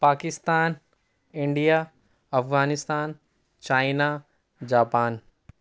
Pakistan India Afghanistan China Japan